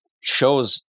shows